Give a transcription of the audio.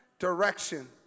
Direction